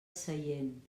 seient